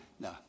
no